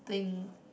think